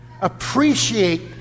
appreciate